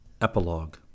Epilogue